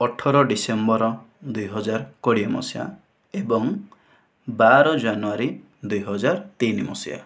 ଅଠର ଡିସେମ୍ବର ଦୁଇ ହଜାର କୋଡ଼ିଏ ମସିହା ଏବଂ ବାର ଜାନୁଆରୀ ଦୁଇ ହଜାର ତିନି ମସିହା